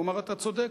הוא אמר: אתה צודק,